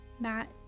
Matt